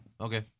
Okay